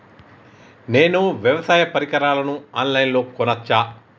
నేను వ్యవసాయ పరికరాలను ఆన్ లైన్ లో కొనచ్చా?